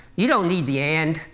you don't need the and.